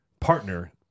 partner